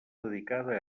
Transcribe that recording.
dedicada